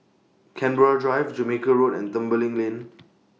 Canberra Drive Jamaica Road and Tembeling Lane